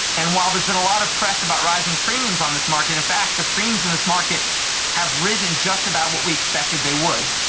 and while there has been a lot of press about rising premiums on this market, in fact the premiums in this market have risen just about what we expected they would,